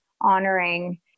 honoring